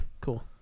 Cool